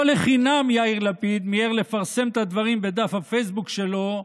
ולא לחינם יאיר לפיד מיהר לפרסם את הדברים בדף הפייסבוק שלו,